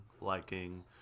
liking